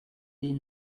des